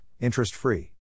interest-free